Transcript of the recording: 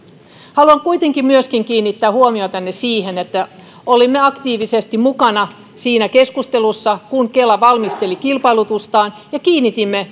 haluan kuitenkin myöskin kiinnittää huomiotanne siihen että olimme aktiivisesti mukana siinä keskustelussa kun kela valmisteli kilpailutustaan ja kiinnitimme